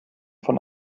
von